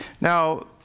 Now